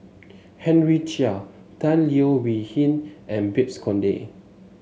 Henry Chia Tan Leo Wee Hin and Babes Conde